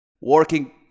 working